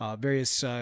Various